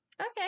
okay